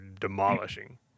demolishing